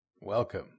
welcome